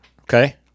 Okay